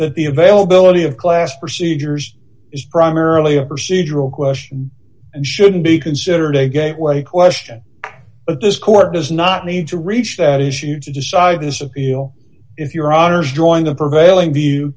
the availability of class procedures is primarily a procedural question and shouldn't be considered a gateway question but this court does not need to reach that is you to decide this appeal if your honour's join the prevailing